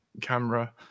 camera